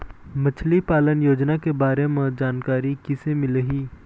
मछली पालन योजना के बारे म जानकारी किसे मिलही?